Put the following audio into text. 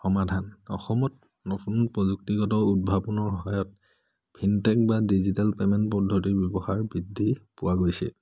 সমাধান অসমত নতুন প্ৰযুক্তিগত উদ্ভাৱনৰ সহায়ত ফিনটেক বা ডিজিটেল পে'মেণ্ট পদ্ধতিৰ ব্যৱহাৰ বৃদ্ধি পোৱা গৈছে